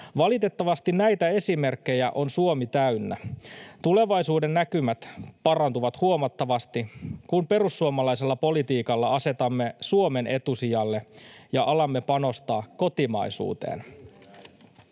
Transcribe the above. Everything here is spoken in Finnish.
Valitettavasti näitä esimerkkejä on Suomi täynnä. Tulevaisuudennäkymät parantuvat huomattavasti, kun perussuomalaisella politiikalla asetamme Suomen etusijalle ja alamme panostaa kotimaisuuteen.